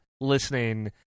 listening